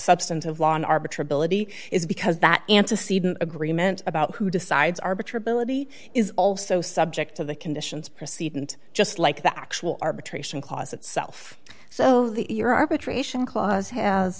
substantive law an arbiter ability is because that antecedent agreement about who decides arbiter ability is also subject to the conditions proceed and just like the actual arbitration clause itself so your arbitration clause has